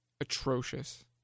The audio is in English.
atrocious